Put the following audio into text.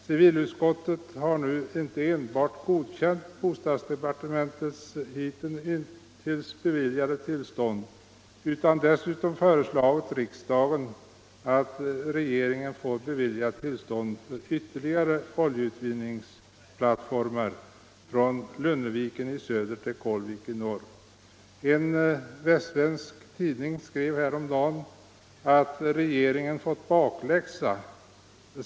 Civilutskottet har nu inte endast godkänt det av bostadsdepartementet hittills beviljade tillståndet utan dessutom föreslagit riksdagen att regeringen får bevilja tillstånd för ytterligare oljeutvinningsplattformar från Lunneviken i söder till Kålvik i norr. En västsvensk tidning skrev häromdagen att regeringen fått bakläxa.